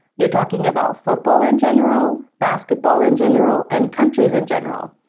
you're talking about football in general, basketball in general, and countries in general.